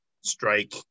strike